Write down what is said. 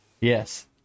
Yes